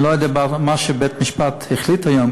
אני לא יודע מה בית-המשפט החליט היום,